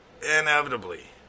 inevitably